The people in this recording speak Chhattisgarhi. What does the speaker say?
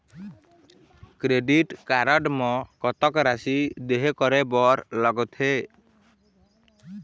क्रेडिट कारड म कतक राशि देहे करे बर लगथे?